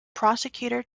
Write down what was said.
prosecutor